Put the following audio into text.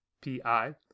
P-I